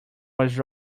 was